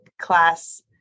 class